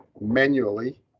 manually